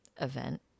event